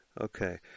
Okay